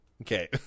Okay